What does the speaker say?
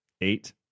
eight